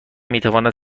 میتواند